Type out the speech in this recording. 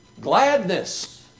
Gladness